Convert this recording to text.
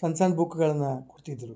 ಸಣ್ಣ ಸಣ್ಣ ಬುಕ್ಗಳನ್ನ ಕೊಡ್ತಿದ್ದರು